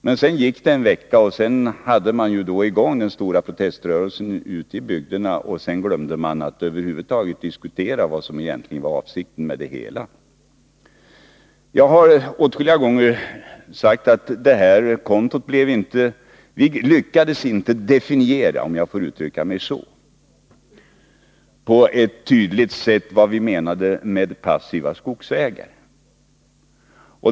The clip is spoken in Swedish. Men sedan gick det en vecka, och då hade man fått i gång den stora proteströrelsen ute i bygderna, och sedan glömde man att över huvud taget diskutera vad som egentligen var avsikten med det hela. Jag har åtskilliga gånger sagt att vi inte lyckades definiera på ett tydligt sätt vad vi menade med passiva skogsägare.